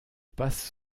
passe